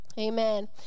amen